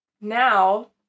now